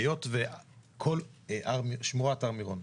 היות וכל שמורת הר מירון,